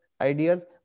ideas